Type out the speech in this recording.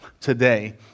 today